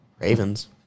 Ravens